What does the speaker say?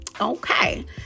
okay